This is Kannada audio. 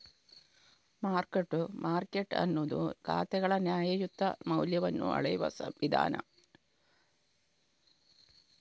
ಮಾರ್ಕ್ ಟು ಮಾರ್ಕೆಟ್ ಅನ್ನುದು ಖಾತೆಗಳ ನ್ಯಾಯಯುತ ಮೌಲ್ಯವನ್ನ ಅಳೆಯುವ ವಿಧಾನ